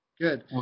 Good